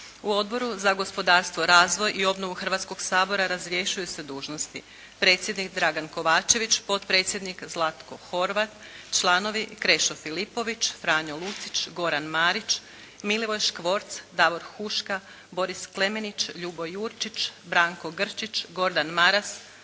U odboru za gospodarstvo, razvoj i obnovu Hrvatskoga sabora razrješuju se dužnosti predsjednik Dragan Kovačević, potpredsjednik Zlatko Horvat, članovi Krešo Filipović, Franjo Lucić, Goran Marić, Milivoj Škvorc, Davor Huška, Boris Klemenić, Ljubo Jurčić, Branko Grčić, Gordan Maras,